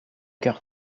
cœur